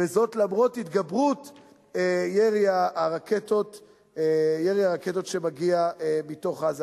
למרות התגברות ירי הרקטות שמגיע מתוך עזה.